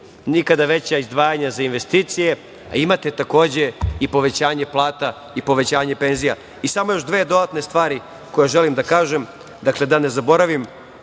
nikada veća izdvajanja za investicije, a imate takođe i povećanje plata i povećanje penzija. Samo još tri dodatne stvari koje želim da kažem. Dakle, da ne zaboravim,